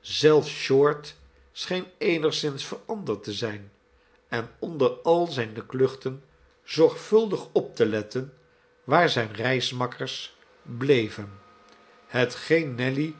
zelfs short scheen eenigszins veranderd te zijn en onder al zijne kluchten zorgvuldig op te letten waar zijne reismakkers bleven hetgeen nelly